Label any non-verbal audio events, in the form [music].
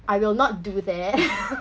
I will not do that [laughs]